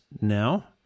now